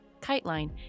KiteLine